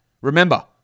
remember